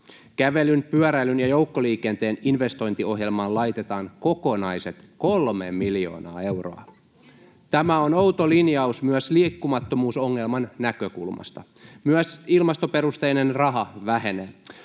Kävelyn, pyöräilyn ja joukkoliikenteen investointiohjelmaan laitetaan kokonaiset kolme miljoonaa euroa. Tämä on outo linjaus myös liikkumattomuusongelman näkökulmasta. Myös ilmastoperusteinen raha vähenee.